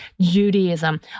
Judaism